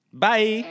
Bye